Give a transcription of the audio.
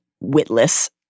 witless